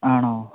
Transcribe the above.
ആണോ